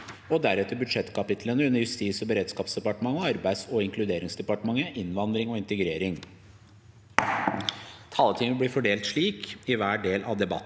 og deretter budsjettkapitlene under Justis- og beredskapsdepartementet og Arbeids- og inkluderingsdepartementet: innvandring og integrering. Taletiden blir fordelt slik i hver del av debatten: